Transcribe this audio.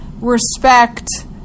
respect